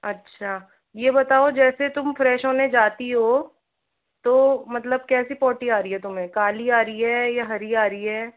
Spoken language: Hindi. अच्छा ये बताओ जैसे तुम फ्रेश होने जाती हो तो मतलब कैसी पोटी आ रही है तुम्हें काली आ रही है या हरी आ रही है